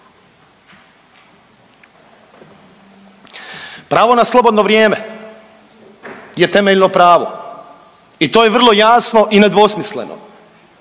Pravo na slobodno vrijeme je temeljno pravo i to je vrlo jasno i nedvosmisleno.